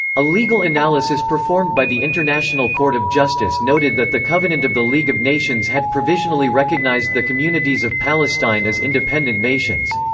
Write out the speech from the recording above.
a legal analysis performed by the international court of justice noted that the covenant of the league of nations had provisionally recognised the communities of palestine as independent nations.